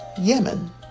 Yemen